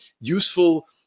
useful